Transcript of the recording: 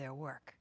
their work